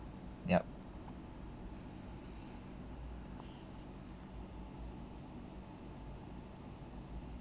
yup